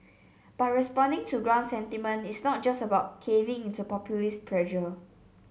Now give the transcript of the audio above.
but responding to ground sentiment is not just about caving into populist pressure